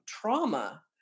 trauma